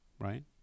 right